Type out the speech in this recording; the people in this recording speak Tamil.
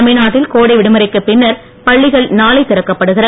தமிழ்நாட்டில் கோடை விடுமுறைக்கு பின்னர் பள்ளிகள் நாளை திறக்கப்படுகிறது